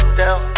down